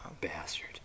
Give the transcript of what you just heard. bastard